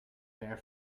bare